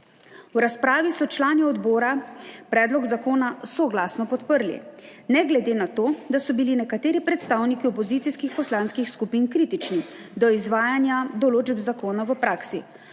V razpravi so člani odbora predlog zakona soglasno podprli, ne glede na to, da so bili nekateri predstavniki opozicijskih poslanskih skupin kritični do izvajanja določb zakona v praksi,